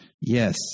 Yes